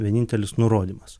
vienintelis nurodymas